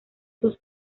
sus